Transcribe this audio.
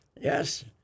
Yes